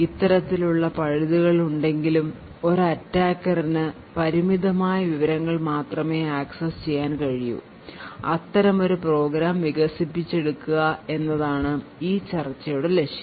ഇത്തരത്തിൽ ഉള്ള പഴുതുകൾ ഉണ്ടെകിലും ഒരു attackerന്ന് പരിമിതമായ വിവരങ്ങൾ മാത്രമേ access ചെയ്യാൻ കഴിയു അത്തരമൊരു program വികസിപ്പിക്കുക എന്നതാണ് ഈ ചർച്ചയുടെ ലക്ഷ്യം